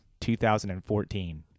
2014